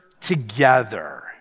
together